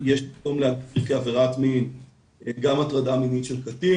יש מקום להגדיר כעבירת מין גם הטרדה מינית של קטין.